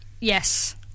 Yes